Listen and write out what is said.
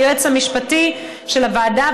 היועץ המשפטי של הוועדה,